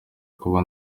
kuba